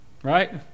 Right